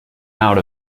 out